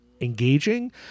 engaging